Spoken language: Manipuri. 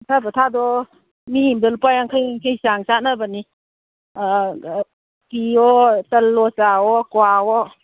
ꯍꯩꯊꯥ ꯄꯣꯊꯥꯗꯣ ꯃꯤ ꯑꯃꯗ ꯂꯨꯄꯥ ꯌꯥꯡꯈꯩ ꯌꯥꯡꯈꯩ ꯆꯥꯡ ꯆꯥꯅꯕꯅꯤ ꯇꯟꯋꯣ ꯆꯥꯋꯣ ꯀ꯭ꯋꯥꯋꯣ